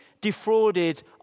defrauded